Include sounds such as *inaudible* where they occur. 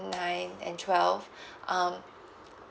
nine and twelve *breath* um